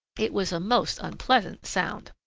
it was a most unpleasant sound.